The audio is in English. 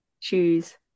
choose